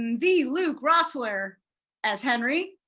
the luke rosseler as henry.